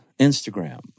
Instagram